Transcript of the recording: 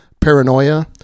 paranoia